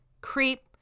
Creep